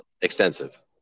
extensive